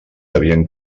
havien